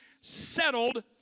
settled